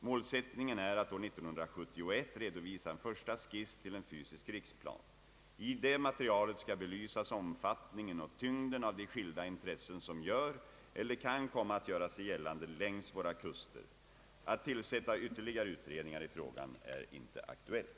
Målsättningen är att år 1971 redovisa en första skiss till en fysisk riksplan. I det materialet skall belysas omfattningen och tyngden av de skilda intressen som gör eller kan komma att göra sig gällande längs våra kuster. Att tillsätta ytterligare utredningar i frågan är inte aktuellt.